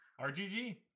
RGG